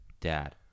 dad